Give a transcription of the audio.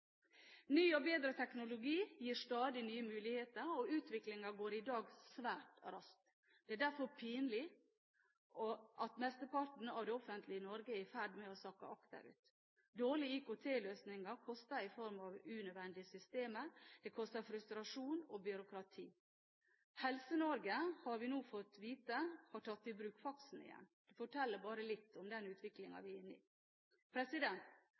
Ny og bedre teknologi gir stadig nye muligheter, og utviklingen går i dag svært raskt. Det er derfor pinlig at mesteparten av det offentlige Norge er i ferd med å sakke akterut. Dårlige IKT-løsninger koster, i form av unødvendige systemer. Det koster frustrasjon og byråkrati. Helse-Norge, har vi nå fått vite, har tatt i bruk faksen igjen. Det forteller litt om den utviklingen vi er inne i.